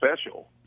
special